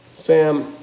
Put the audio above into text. Sam